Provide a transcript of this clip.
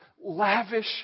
lavish